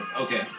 Okay